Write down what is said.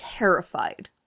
Terrified